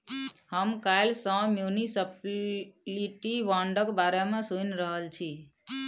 हम काल्हि सँ म्युनिसप्लिटी बांडक बारे मे सुनि रहल छी